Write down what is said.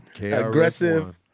Aggressive